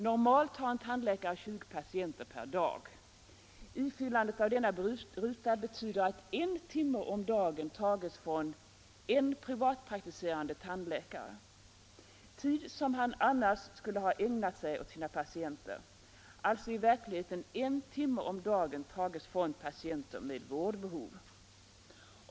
Normalt har en tandläkare 20 patienter per dag. Ifyllandet av denna ruta betyder att minst en timme om dagen tages från en privatpraktiserande tandläkare, tid som han annars skulle ha ägnat sig åt sina patienter. Alltså i verkligheten en timme om dagen 111 Vissa frågor tages från patienter med vårdbehov.